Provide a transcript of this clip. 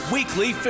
Weekly